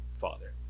father